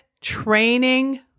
training